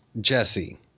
Jesse